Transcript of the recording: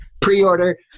pre-order